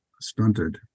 stunted